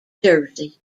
jersey